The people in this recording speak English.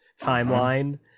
timeline